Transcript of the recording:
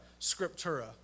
scriptura